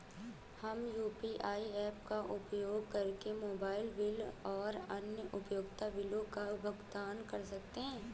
हम UPI apps का उपयोग करके मोबाइल बिल और अन्य उपयोगिता बिलों का भुगतान कर सकते हैं